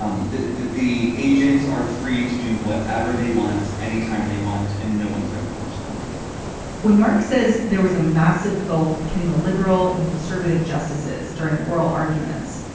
um the the agents are free to do whatever they want, anytime they want. and no one's going to punish them when mark says there was a massive gulf between the liberal and conservative justices during oral arguments.